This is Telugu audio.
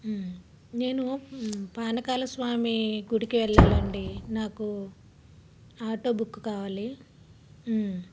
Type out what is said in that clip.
నేను పానకాలస్వామి గుడికి వెళ్ళాలి అండి నాకు ఆటో బుక్ కావాలి